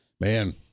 Man